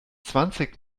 zwanzig